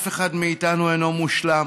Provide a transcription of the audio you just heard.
אף אחד מאיתנו אינו מושלם.